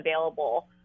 available